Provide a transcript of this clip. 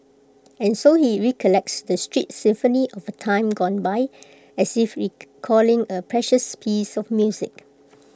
and so he recollects the street symphony of A time gone by as if recalling A precious piece of music